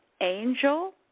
angel